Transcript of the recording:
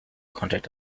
contact